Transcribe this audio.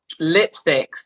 lipsticks